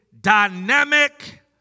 dynamic